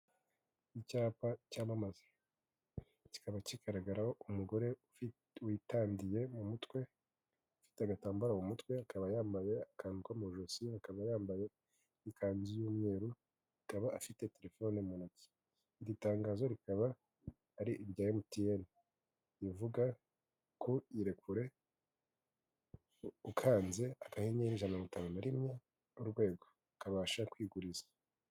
Icyapa cyamamaza kikaba kigaragaraho umugore witandiye mu mutwe ufite agatambaro mu mutwe akaba yambaye akantu ko mu ijosi akaba yambaye ikanzu y'umweru akaba afite telefone mu ntoki iri tangazo rikaba ari irya emutiyenl rivuga ko irekure ukanze akanyenyeri ijana na mirongo itanu na rimwe urwego ukabasha kwiguriza.